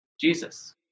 Jesus